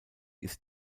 ist